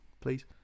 please